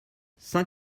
saint